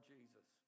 Jesus